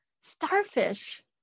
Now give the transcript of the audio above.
Starfish